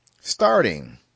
Starting